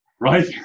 Right